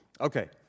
Okay